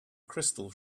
crystal